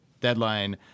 deadline